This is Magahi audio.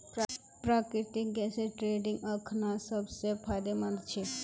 प्राकृतिक गैसेर ट्रेडिंग अखना सब स फायदेमंद छ